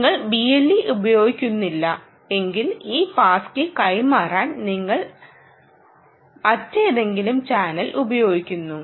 നിങ്ങൾ BLE ഉപയോഗിക്കുന്നില്ല എങ്കിൽ ഈ പാസ് കീ കൈമാറാൻ നിങ്ങൾ മറ്റേതെങ്കിലും ചാനൽ ഉപയോഗിക്കുന്നു